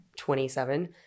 27